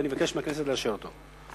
ואני מבקש מהכנסת לאשר את ההחלטה.